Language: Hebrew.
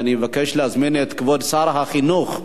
אני מבקש להזמין את כבוד סגן שר החינוך,